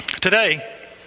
Today